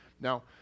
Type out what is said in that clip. Now